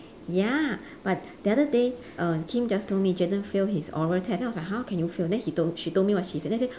ya but the other day err kim just told me jayden failed his oral test then I was like how can you fail then he told she told what he said then I say